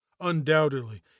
Undoubtedly